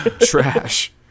trash